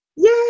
Yay